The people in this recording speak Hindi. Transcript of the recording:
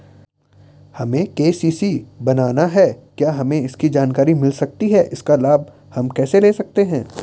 हमें के.सी.सी बनाना है क्या हमें इसकी जानकारी मिल सकती है इसका लाभ हम कैसे ले सकते हैं?